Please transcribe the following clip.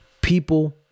People